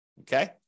okay